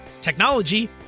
technology